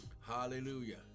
Hallelujah